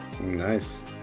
Nice